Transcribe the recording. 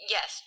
Yes